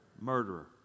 Murderer